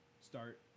start